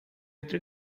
outra